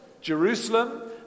Jerusalem